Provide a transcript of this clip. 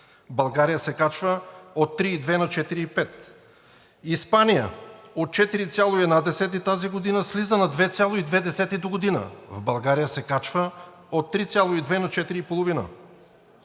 България се качва от 3,2 на 4,5. Испания – от 4,1 тази година слиза на 2,2 догодина. В България се качва от 3,2 на 4,5.